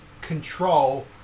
control